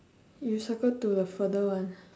you circle to the further one